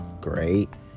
great